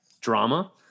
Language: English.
drama